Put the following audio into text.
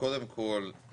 קודם כל,